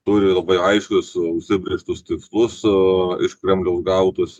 turi labai aiškius su užsibrėžtus tikslus o iš kremliaus gautus